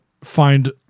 find